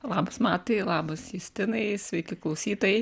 labas matai labas justinai sveiki klausytojai